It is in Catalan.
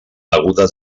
beguda